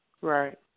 Right